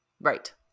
Right